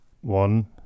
One